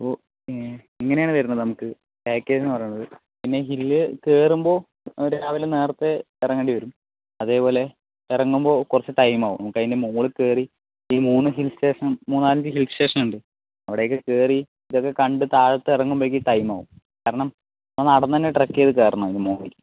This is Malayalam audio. അപ്പോൾ ഇങ്ങനെയാണ് വരുന്നത് നമുക്ക് പാക്കേജെന്നു പറയണത് പിന്നെ ഹിൽ കയറുമ്പോൾ ഒരു രാവിലെ നേരത്തെ ഇറങ്ങേണ്ടി വരും അതേപോലെ ഇറങ്ങുമ്പോൾ കുറച്ചു ടൈം ആകും നമുക്ക് അതിൻ്റെ മുകളിൽ കയറി ഈ മൂന്ന് ഹിൽ സ്റ്റേഷനും മൂന്നാലഞ്ചു ഹിൽ സ്റ്റേഷനുണ്ട് അവിടെയൊക്കെ കയറി ഇതൊക്കെ കണ്ട് താഴത്ത് ഇറങ്ങുമ്പോഴേക്കും ടൈം ആവും കാരണം നമ്മൾ നടന്നുതന്നെ ട്രെക്ക് ചെയ്തു കയറണം അതിൻ്റെ മുകളിൽ